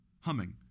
humming